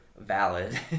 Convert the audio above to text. valid